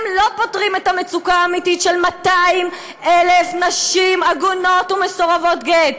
לא פותרים את המצוקה האמיתית של 200,000 נשים עגונות ומסורבות גט.